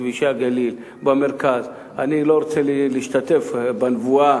בכבישי הגליל, במרכז, אני לא רוצה להשתתף בנבואה,